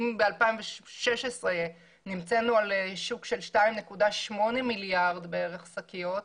ב-2016 נמצאנו על שוק של 2.8 מיליארד שקיות בערך,